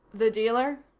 the dealer?